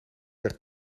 weg